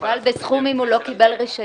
הוא מוגבל בסכום אם הוא לא קיבל רישיון